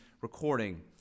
recording